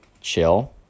chill